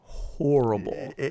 horrible